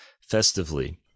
festively